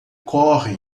corre